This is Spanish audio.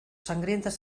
sangrientas